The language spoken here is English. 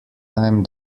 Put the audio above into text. time